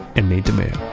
and nate dimeo